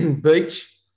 beach